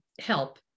help